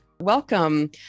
Welcome